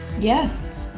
yes